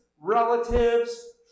relatives